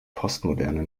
postmoderne